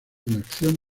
acción